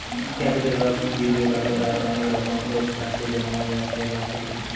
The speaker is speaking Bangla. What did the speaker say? ক্যাপিটাল বা পুঁজি জোগাড় কোরার অনেক রকম সোর্স থাকছে যেমন ব্যবসায় লাভ ইত্যাদি